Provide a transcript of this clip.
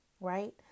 right